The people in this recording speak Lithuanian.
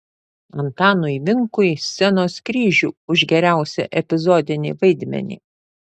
antanui vinkui scenos kryžių už geriausią epizodinį vaidmenį